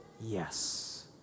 yes